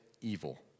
evil